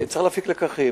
צריך להפיק לקחים.